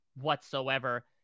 whatsoever